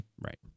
right